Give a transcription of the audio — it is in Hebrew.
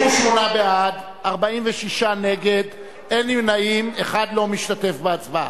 38 בעד, 46 נגד, אין נמנעים, אחד לא משתתף בהצבעה.